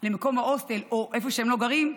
למקום ההוסטל או איפה שהם גרים,